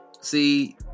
See